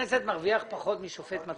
מרוויח יותר מחבר כנסת?